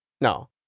No